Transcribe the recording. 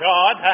God